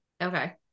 Okay